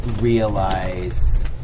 realize